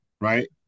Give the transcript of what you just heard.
right